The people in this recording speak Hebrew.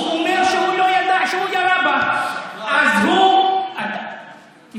הוא אומר שהוא לא ידע שהוא ירה בה, אז הוא, שקרן.